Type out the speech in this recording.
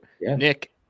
Nick